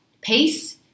Peace